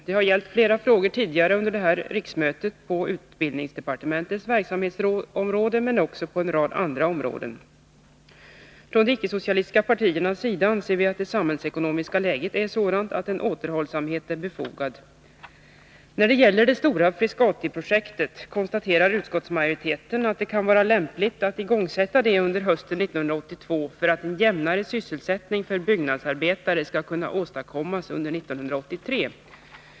Det har gällt flera frågor tidigare under det här riksmötet, på utbildningsdepartementets verksamhetsområde, men också på en rad andra områden. Från de icke-socialistiska partiernas sida anser vi att det samhällsekonomiska läget är sådant att återhållsamhet är befogad. När det gäller det stora Frescatiprojektet konstaterar utskottsmajoriteten att det kan vara lämpligt att igångsätta det under hösten 1982, för att en jämnare sysselsättning för byggnadsarbetare skall kunna åstadkommas under 1983.